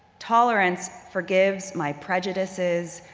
tolerance forgives my prejudices,